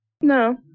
No